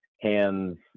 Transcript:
hands